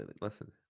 listen